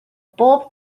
bob